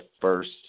first